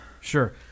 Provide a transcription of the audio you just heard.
Sure